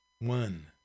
One